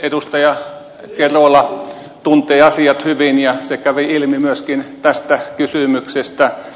edustaja kerola tuntee asiat hyvin ja se kävi ilmi myöskin tästä kysymyksestä